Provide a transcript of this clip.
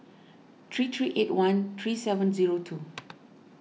three three eight one three seven zero two